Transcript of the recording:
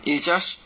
you just